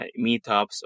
meetups